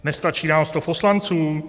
Nestačí nám 100 poslanců?